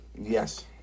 Yes